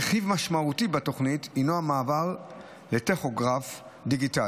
רכיב משמעותי בתוכנית הוא המעבר לטכוגרף דיגיטלי.